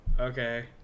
okay